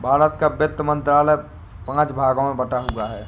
भारत का वित्त मंत्रालय पांच भागों में बटा हुआ है